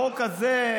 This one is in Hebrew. בחוק הזה,